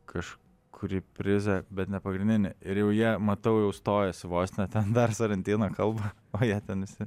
kažkurį prizą bet ne pagrindinį ir jau jie matau jau stojasi vos ne ten dar sorentino kalba o jie ten visi